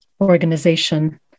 organization